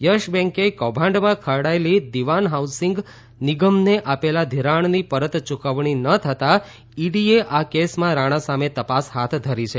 યશ બેન્કે કૌભાંડમાં ખરડાયેલી દિવાન હાઉસિંગ નિગમને આપેલા ધિરાણની પરત યૂકવણી ન થતાં ઈડીએ આ કેસમાં રાણા સામે તપાસ હાથ ધરી છે